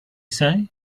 say